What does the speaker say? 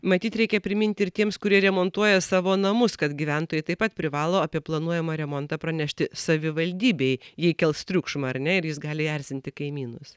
matyt reikia priminti ir tiems kurie remontuoja savo namus kad gyventojai taip pat privalo apie planuojamą remontą pranešti savivaldybei jei kels triukšmą ar ne ir jis gali erzinti kaimynus